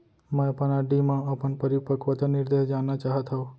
मै अपन आर.डी मा अपन परिपक्वता निर्देश जानना चाहात हव